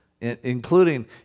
Including